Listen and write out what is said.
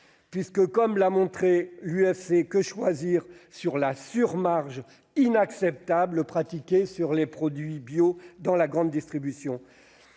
pense à l'enquête de l'UFC-Que choisir sur la surmarge inacceptable pratiquée pour les produits bio dans la grande distribution.